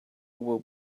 will